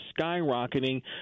skyrocketing